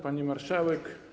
Pani Marszałek!